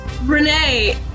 Renee